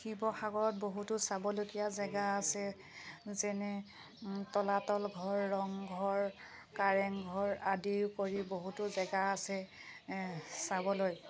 শিৱসাগৰত বহুতো চাবলগীয়া জেগা আছে যেনে তলাতল ঘৰ ৰংঘৰ কাৰেংঘৰ আদি কৰি বহুতো জেগা আছে চাবলৈ